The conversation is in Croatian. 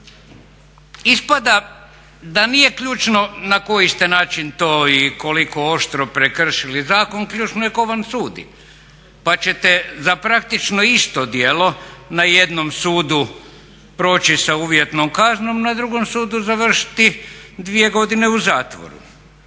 Ispada da nije ključno na koji ste način to i koliko oštro prekršili zakon, ključno je ko vam sudi. Pa ćete za praktično isto djelo na jednom sudu priči sa uvjetnom kaznom, na drugom sudu završiti dvije godine u zatvoru.